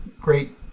great